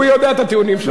הוא יודע את הטיעונים שלך.